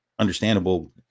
understandable